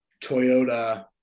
Toyota